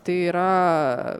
tai yra